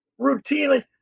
routinely